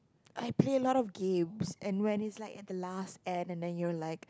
I play a lot of games and when is like at the last end and then you're like